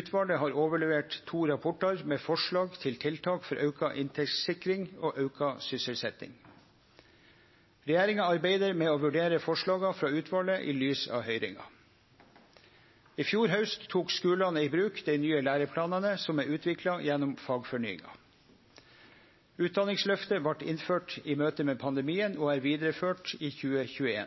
Utvalet har overlevert to rapportar, med forslag til tiltak for auka inntektssikring og auka sysselsetjing. Regjeringa arbeider med å vurdere forslaga frå utvalet i lys av høyringa. I fjor haust tok skulane i bruk dei nye læreplanane som er utvikla gjennom fagfornyinga. Utdanningsløftet vart innført i møte med pandemien og er vidareført i